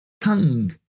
tongue